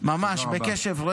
ממש בקשב, תודה רבה.